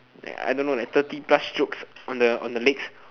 uh I don't know eh thirty plus strokes on the legs